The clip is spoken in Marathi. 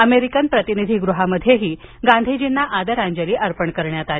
अमेरिकन प्रतीनिधीगृहामध्येही गांधीजींना आदरांजली अर्पण करण्यात आली